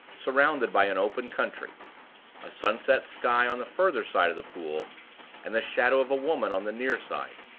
surrounded by an open country a sunset sky on the further side of the pool and the shadow of a woman on the near side.